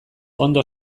ondo